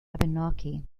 abenaki